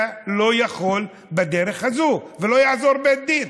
אתה לא יכול בדרך הזאת, ולא יעזור בית דין.